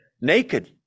naked